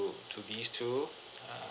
to these two err